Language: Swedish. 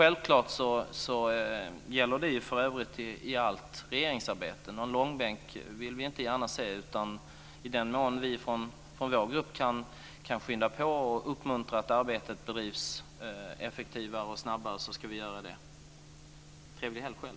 Det gäller ju för övrigt i allt regeringsarbete. Vi vill inte gärna se någon långbänk. I den mån vi i vår grupp kan skynda på och uppmuntra att arbetet bedrivs effektivare och snabbare ska vi göra det. Trevlig helg själv!